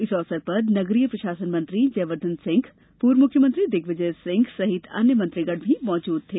इस अवसर पर नगरीय प्रशासन मंत्री जयवर्धन सिंह पूर्व मुख्यमंत्री दिग्विजय सिंह सहित अन्य मंत्री गण भी मौजूद थे